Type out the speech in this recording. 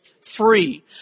free